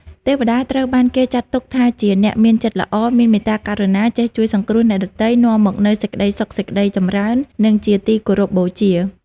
ទេវតាត្រូវបានគេចាត់ទុកថាជាអ្នកមានចិត្តល្អ មានមេត្តាករុណា ចេះជួយសង្គ្រោះអ្នកដទៃ នាំមកនូវសេចក្តីសុខសេចក្តីចម្រើន និងជាទីគោរពបូជា។